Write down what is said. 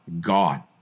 God